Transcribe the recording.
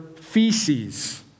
feces